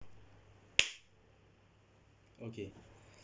okay